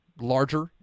Larger